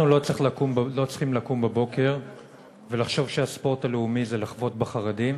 אנחנו לא צריכים לקום בבוקר ולחשוב שהספורט הלאומי זה לחבוט בחרדים.